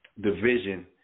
division